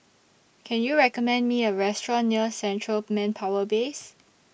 Can YOU recommend Me A Restaurant near Central Manpower Base